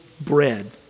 bread